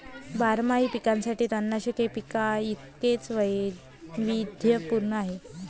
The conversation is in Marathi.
बारमाही पिकांसाठी तणनाशक हे पिकांइतकेच वैविध्यपूर्ण आहे